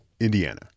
Indiana